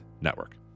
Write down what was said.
network